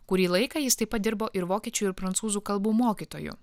kurį laiką jis taip pat dirbo ir vokiečių ir prancūzų kalbų mokytoju